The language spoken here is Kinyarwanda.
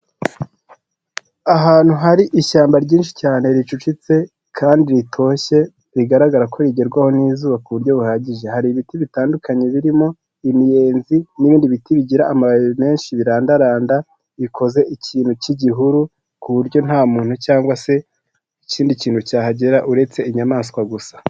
Ahantu hari ishyamba ryinshi cyane, ricecetse kandi ritoshye, rigaragara ko rigerwaho n'izuba ku buryo buhagije, hari ibiti bitandukanye birimo imiyenzi n'ibindi biti bigira amababi menshi birandaranda, bikoze ikintu cy'igihuru ku buryo nta muntu cyangwa se ikindi kintu cyahagera uretse inyamaswa gusa.